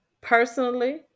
personally